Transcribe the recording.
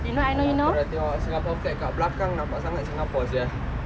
!alah! kau dah tengok singapore flag kat belakang nampak sangat singapore sia